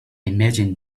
imagine